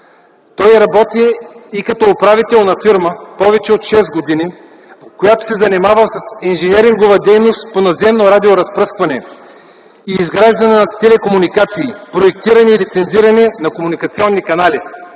Той работи и като управител на фирма повече от шест години, която се занимава с инженерингова дейност по наземно радиоразпръскване и изграждане на телекомуникации, проектиране и лицензиране на комуникационни канали.